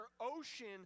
ocean